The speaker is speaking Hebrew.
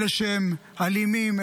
אלה שהם אלימים,